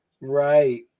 right